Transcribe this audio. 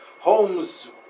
homes